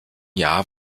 jahr